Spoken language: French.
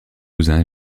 cousins